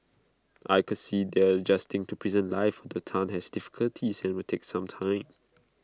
I could see they are adjusting to prison life although Tan has difficulties and will take some time